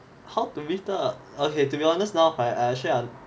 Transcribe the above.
how to meet up okay to be honest now I I actually